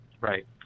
Right